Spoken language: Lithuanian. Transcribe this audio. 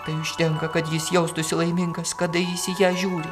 tai užtenka kad jis jaustųsi laimingas kada jis į ją žiūri